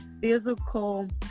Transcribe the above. physical